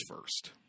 first